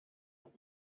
now